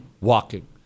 walking